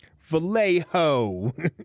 Vallejo